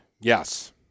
Yes